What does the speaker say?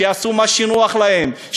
שיעשו מה שנוח להם,